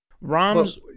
Rom's